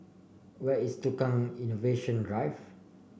where is Tukang Innovation Drive